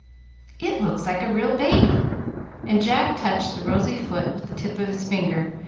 it looks like a real baby and jack touched the rosy foot with the tip of his finger,